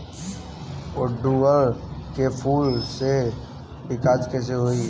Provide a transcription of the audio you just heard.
ओड़ुउल के फूल के विकास कैसे होई?